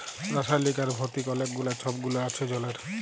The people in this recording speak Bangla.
রাসায়লিক আর ভতিক অলেক গুলা ছব গুল আছে জলের